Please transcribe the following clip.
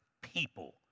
people